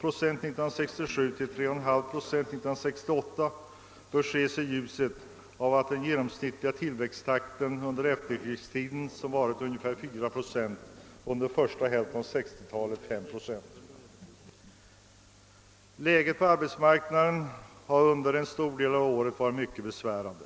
procent 1967 till 3,5 procent 1968 bör ses i ljuset av att den genomsnittliga tillväxttakten under efterkrigstiden varit ungefär 4 procent och under första hälften av 1960 talet 5 procent. Läget på arbetsmarknaden var under en stor del av året mycket besvärande.